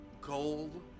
gold